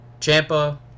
champa